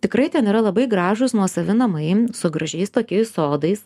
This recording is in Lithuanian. tikrai ten yra labai gražūs nuosavi namai su gražiais tokiais sodais